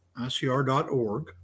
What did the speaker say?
icr.org